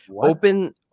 open